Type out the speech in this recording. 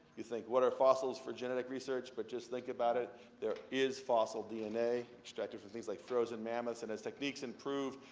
you think what are fossils for genetic research? but just think about it there is fossil dna extracted from things like frozen mammoths, and as techniques improve,